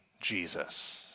Jesus